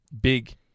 big